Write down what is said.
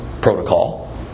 protocol